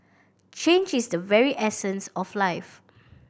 change is the very essence of life